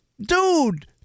dude